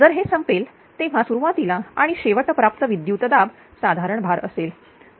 जर हे संपेल तेव्हा सुरुवातीला आणि शेवट प्राप्त विद्युतदाब साधारण भार असेल